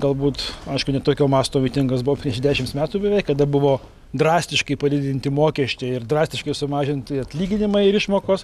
galbūt aišku tokio masto mitingas buvo prieš dešimt metų beveik kada buvo drastiškai padidinti mokesčiai ir drastiškai sumažinti atlyginimai ir išmokos